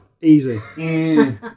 Easy